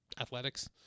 athletics